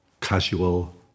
casual